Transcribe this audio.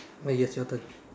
but yes your turn